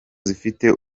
zifite